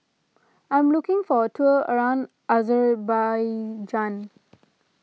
I am looking for a tour around Azerbaijan